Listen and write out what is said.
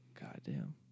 Goddamn